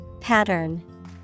Pattern